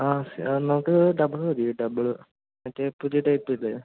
ആ ആ നമുക്ക് ഡബിൾ മതി ഡബിള് മറ്റേ പുതിയ ടൈപ്പില്ലേ